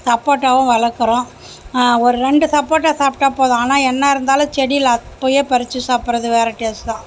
சப்போட்டாவும் வளர்க்குறோம் ஒரு ரெண்டு சப்போட்டா சாப்பிட்டா போதும் ஆனால் என்ன இருந்தாலும் செடியில அப்போயே பறிச்சு சாப்பிடுறது வேறு டேஸ்ட் தான்